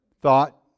thought